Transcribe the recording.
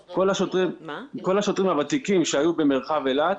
כל השוטרים הוותיקים שהיו במרחב אילת,